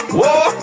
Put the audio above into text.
war